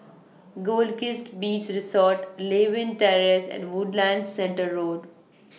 Goldkist Beach Resort Lewin Terrace and Woodlands Centre Road